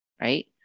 Right